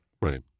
Right